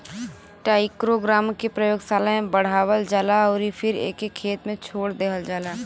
trichogramma के प्रयोगशाला में बढ़ावल जाला अउरी फिर एके खेत में छोड़ देहल जाला